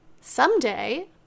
someday